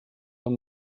amb